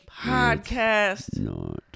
podcast